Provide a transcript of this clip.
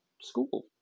school